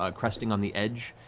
ah cresting on the edge.